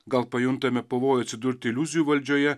gal pajuntame pavojų atsidurti iliuzijų valdžioje